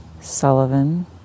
Sullivan